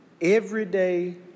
everyday